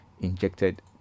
injected